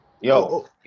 Yo